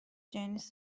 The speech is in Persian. جنیس